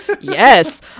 Yes